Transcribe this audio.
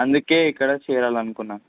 అందుకే ఇక్కడ చేరాలనుకున్నాను